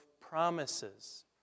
promises